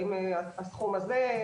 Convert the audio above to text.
האם הסכום הזה?